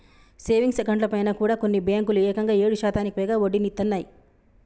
savings అకౌంట్లపైన కూడా కొన్ని బ్యేంకులు ఏకంగా ఏడు శాతానికి పైగా వడ్డీనిత్తన్నయ్